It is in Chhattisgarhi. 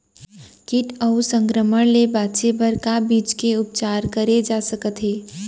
किट अऊ संक्रमण ले बचे बर का बीज के उपचार करे जाथे सकत हे?